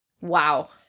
Wow